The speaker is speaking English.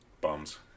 Bums